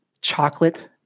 Chocolate